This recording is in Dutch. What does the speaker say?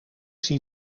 zie